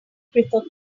prefer